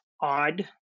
odd